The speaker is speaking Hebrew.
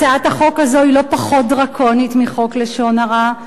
הצעת החוק הזאת היא לא פחות דרקונית מחוק לשון הרע.